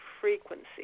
frequency